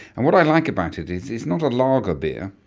and what i like about it is it's not a lager beer,